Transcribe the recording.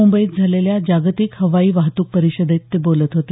मुंबईत झालेल्या जागतिक हवाई वाहतूक परिषदेत ते बोलत होते